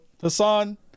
Hassan